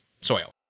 soil